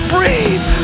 Breathe